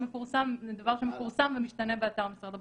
דבר שמפורסם ומשתנה באתר משרד הבריאות.